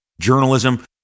journalism